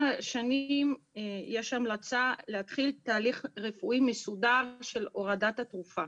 שנים יש המלצה להתחיל תהליך רפואי מסודר של הורדת התרופה.